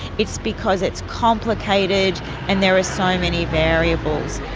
it's because it's complicated and there are so many variables.